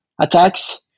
attacks